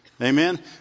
Amen